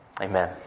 amen